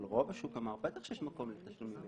אבל רוב השוק אמר בטח שיש מקום לתשלומים מיידיים,